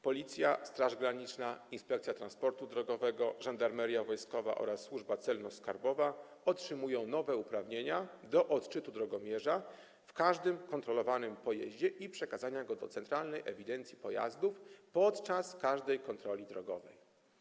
Policja, Straż Graniczna, Inspekcja Transportu Drogowego, Żandarmeria Wojskowa oraz Służba Celno-Skarbowa otrzymują nowe uprawnienia do odczytu drogomierza w każdym kontrolowanym pojeździe i przekazania go do centralnej ewidencji pojazdów podczas każdej kontroli drogowej.